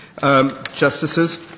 Justices